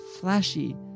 flashy